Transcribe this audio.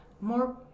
More